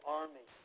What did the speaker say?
army